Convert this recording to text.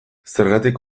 zergatik